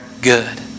good